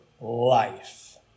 life